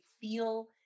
feel